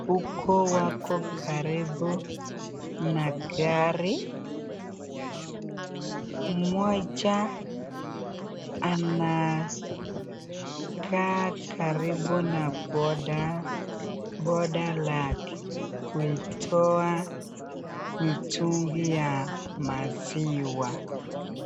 huko wako karibu na gari moja anakaa karibu na BodaBoda lake kuitoa mtungi ya maziwa.